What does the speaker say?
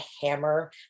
hammer